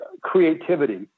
creativity